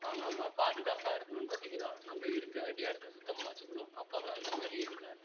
வாங்காமல் பாதுகாப்பாக இருக்கணுன்னு பார்த்தீங்கன்னா நம்ம இருக்க வேண்டிய இடத்த சுத்தமாக வச்சுக்கணும் அப்போ தான் அந்த மாதிரி இதுங்க